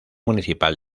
municipal